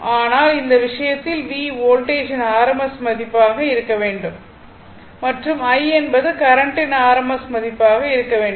ஆனால் இந்த விஷயத்தில் V வோல்டேஜின் rms மதிப்பாக இருக்க வேண்டும் மற்றும் I என்பது கரண்ட்டின் rms மதிப்பாக இருக்க வேண்டும்